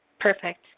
Perfect